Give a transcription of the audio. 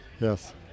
Yes